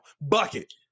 Bucket